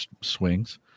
swings